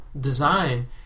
design